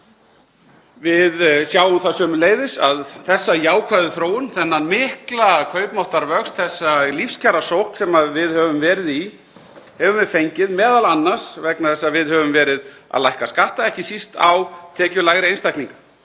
Við sjáum það sömuleiðis að þessa jákvæðu þróun, þennan mikla kaupmáttarvöxt, þessa lífskjarasókn sem við höfum verið í, höfum við fengið m.a. vegna þess að við höfum verið að lækka skatta, ekki síst á tekjulægri einstaklinga.